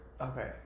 okay